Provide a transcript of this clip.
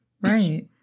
Right